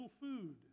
food